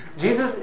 Jesus